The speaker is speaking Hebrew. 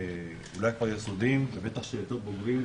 אולי כבר בתי הספר היסודיים ובטח שאצל הבוגרים,